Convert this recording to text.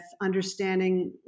understanding